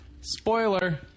Spoiler